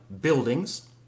buildings